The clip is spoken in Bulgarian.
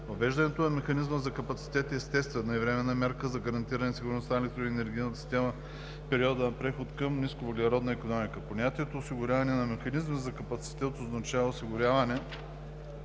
Въвеждането на механизъм за капацитет е естествена и временна мярка за гарантиране сигурността на електроенергийната система в периода на преход към нисковъглеродна икономика. Понятието „осигуряване на механизми за капацитет“ означава осигуряване